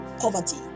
poverty